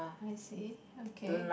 I see okay